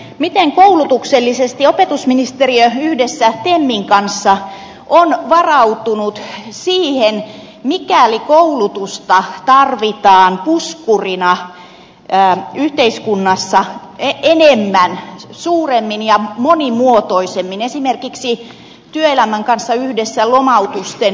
miten koulutuksellisesti opetusministeriö yhdessä temmin kanssa on varautunut siihen mikäli koulutusta tarvitaan puskurina yhteiskunnassa enemmän suuremmin ja monimuotoisemmin esimerkiksi työelämän kanssa yhdessä lomautusten vastapainona